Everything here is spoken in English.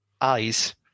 eyes